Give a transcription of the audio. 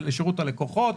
לשירות הלקוחות,